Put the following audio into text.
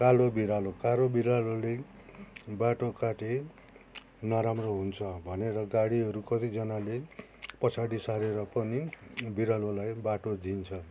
कालो बिरालो कालो बिरालोले बाटो काटे नराम्रो हुन्छ भनेर गाडीहरू कतिजनाले पछाडि सारेर पनि बिरालोलाई बाटो दिन्छ